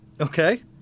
okay